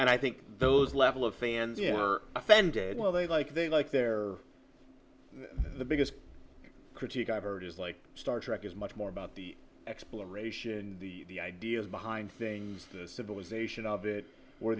and i think those level of fans you are offended well they like they like they're the biggest critique i've heard is like star trek is much more about the exploration the ideas behind things the civilization of it